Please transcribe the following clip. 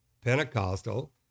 Pentecostal